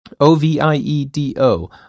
oviedo